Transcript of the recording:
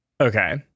Okay